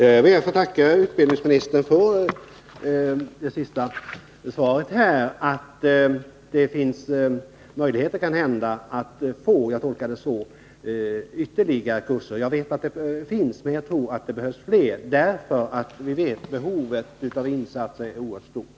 Herr talman! Jag ber att få tacka utbildningsministern för hans kompletterande svar, att det finns möjligheter — jag tolkar det så — att anordna ytterligare kurser. Jag vet att sådana kurser genomförs, men jag tror att det behövs fler, eftersom vi vet att behovet av insatser är oerhört stort.